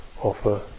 offer